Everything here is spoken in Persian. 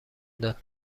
داد